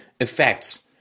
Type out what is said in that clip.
effects